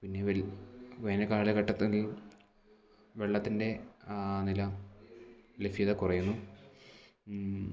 പിന്നെ വേനൽ വേനൽ കാലഘട്ടത്തിൽ വെള്ളത്തിൻ്റെ നില ലഭ്യത കുറയുന്നു